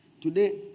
Today